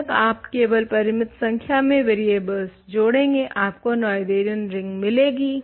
जब तक आप केवल परिमित संख्या में वरियेबल जोड़ेंगे आपको नोएथेरियन रिंग मिलेगी